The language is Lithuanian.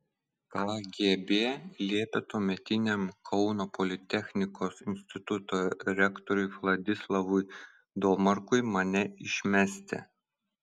kgb liepė tuometiniam kauno politechnikos instituto rektoriui vladislavui domarkui mane išmesti